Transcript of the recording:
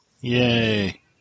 Yay